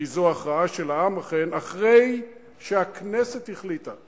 כי זו אכן הכרעה של העם אחרי שהכנסת החליטה,